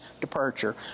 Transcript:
departure